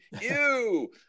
ew